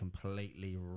completely